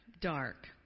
dark